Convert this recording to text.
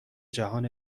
جهان